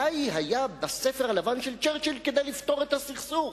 די היה בספר הלבן של צ'ר'צ'יל כדי לפתור את הסכסוך,